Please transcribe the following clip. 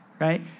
right